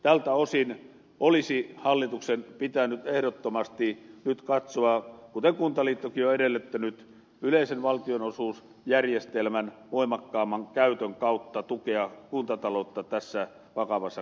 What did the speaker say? tältä osin olisi hallituksen pitänyt ehdottomasti nyt kuten kuntaliittokin on edellyttänyt yleisen valtionosuusjärjestelmän voimakkaamman käytön kautta tukea kuntataloutta tässä vakavassa kriisissä